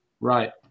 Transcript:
Right